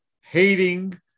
hating